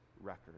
record